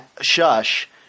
Shush